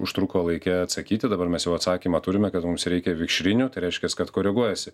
užtruko laike atsakyti dabar mes jau atsakymą turime kad mums reikia vikšrinių tai reiškias kad koreguojasi